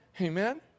Amen